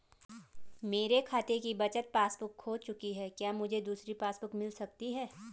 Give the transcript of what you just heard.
मेरे खाते की बचत पासबुक बुक खो चुकी है क्या मुझे दूसरी पासबुक बुक मिल सकती है?